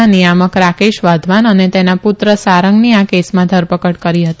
ના નિયામક રાકેશ વાધવાન અને તેના પુત્ર સારંગની આ કેસમાં ધરપકડ કરી હતી